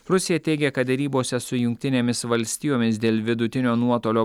rusija teigia kad derybose su jungtinėmis valstijomis dėl vidutinio nuotolio